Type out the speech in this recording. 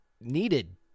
needed